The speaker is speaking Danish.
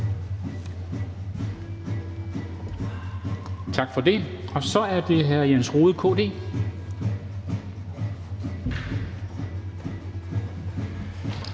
Tak for det. Så er det hr. Jens Rohde, KD.